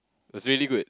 was really good